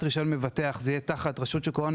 רישיון מבטח זה יהיה תחת רשות שוק ההון,